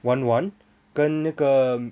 one one 跟那个